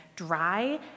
dry